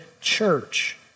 church